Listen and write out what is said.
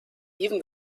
even